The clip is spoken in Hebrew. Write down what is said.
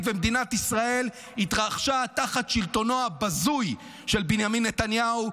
ובמדינת ישראל התרחשה תחת שלטונו הבזוי של בנימין נתניהו,